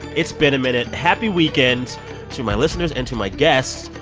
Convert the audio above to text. it's been a minute. happy weekend to my listeners and to my guests,